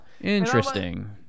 Interesting